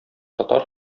татар